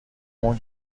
اون